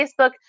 Facebook